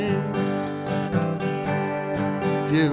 yeah yeah